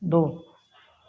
दो